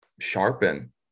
Sharpen